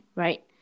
right